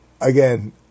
Again